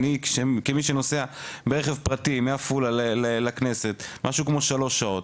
אני כמי שנוסע ברכב פרטי מעפולה לכנסת משהו כמו שלוש שעות,